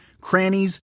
crannies